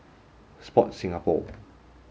Sport Singapore